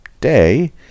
day